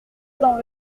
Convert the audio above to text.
dans